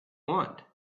want